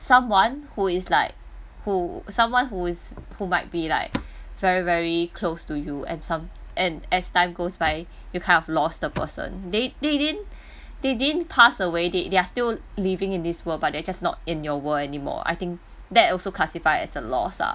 someone who is like who someone who is who might be like very very close to you and some and as time goes by you kind of lost the person they they din they din pass away they they are still living in this world but they are just not in your world anymore I think that also classify as a lost ah